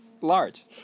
Large